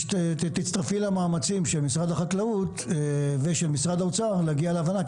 תצטרפי למאמצים של משרד החקלאות ושל משרד האוצר להגיע להבנה,